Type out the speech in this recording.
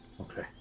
Okay